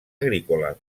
agrícola